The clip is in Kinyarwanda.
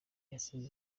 yatsinze